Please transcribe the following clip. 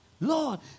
Lord